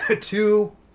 two